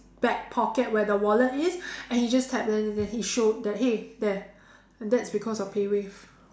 back pocket where the wallet is and he just tapped in and then he showed that hey there and that's because of PayWave